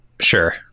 sure